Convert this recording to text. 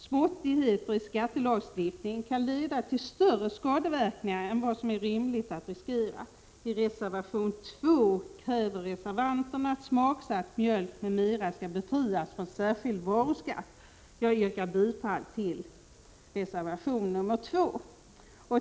Småttigheter i skattelagstiftningen kan leda till större skadeverk ningar än vad som är rimligt att riskera. I reservation 2 kräver reservanterna att smaksatt mjölk, m.m. skall befrias från särskild varuskatt. Jag yrkar bifall till reservation nr 2.